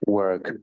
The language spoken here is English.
work